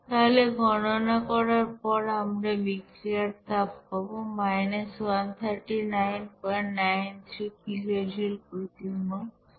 তাহলে গণনা করার পর আমরা বিক্রিয়ার তাপ পাবো 13993 কিলোজুল প্রতি মোল